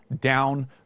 down